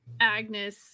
Agnes